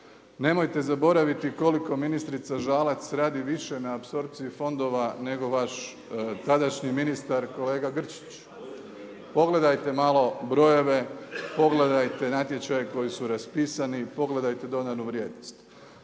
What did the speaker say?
Nemojte zaboraviti koliko ministrica Žalac radi više na apsorpciji fondova nego vaš tadašnji ministar kolega Grčić. Pogledajte malo brojeve, pogledajte natječaje koji su raspisani i pogledajte dodanu vrijednost.